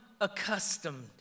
accustomed